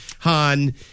Han